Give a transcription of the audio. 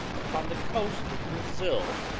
upon the coast of brazil,